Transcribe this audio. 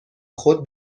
خود